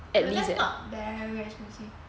but that's not very expensive